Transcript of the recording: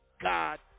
God